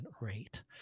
rate